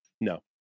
no